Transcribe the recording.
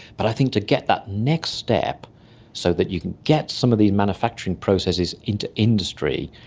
but i think to get that next step so that you can get some of these manufacturing processes into industry,